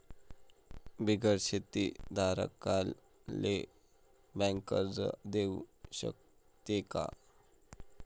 बिगर शेती धारकाले बँक कर्ज देऊ शकते का?